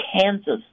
Kansas